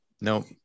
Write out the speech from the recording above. Nope